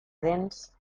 dents